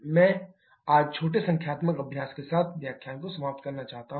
मैं आज छोटे संख्यात्मक अभ्यास के साथ व्याख्यान को समाप्त करना चाहता हूं